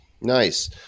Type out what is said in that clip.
Nice